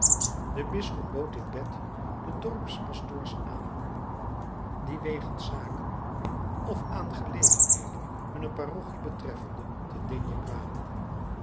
de bisschop bood dit bed den dorpspastoors aan die wegens zaken of aangelegenheden hunne parochie betreffende te digne kwamen